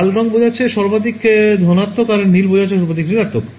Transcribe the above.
লাল রঙ বোঝাচ্ছে সর্বাধিক ধনাত্মক আর নীল বোঝাচ্ছে সর্বাধিক ঋণাত্মক